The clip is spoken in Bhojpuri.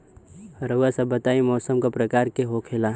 रउआ सभ बताई मौसम क प्रकार के होखेला?